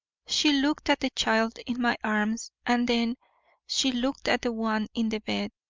she looked at the child in my arms and then she looked at the one in the bed,